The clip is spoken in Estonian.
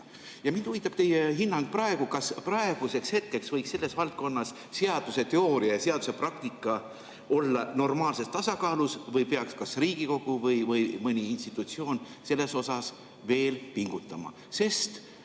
Mind huvitab teie hinnang praegu. Kas praeguseks hetkeks võiks selles valdkonnas seaduse teooria ja seaduse praktika olla normaalses tasakaalus või peaks Riigikogu või mõni muu institutsioon selles osas veel pingutama?